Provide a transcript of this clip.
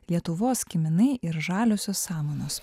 lietuvos kiminai ir žaliosios samanos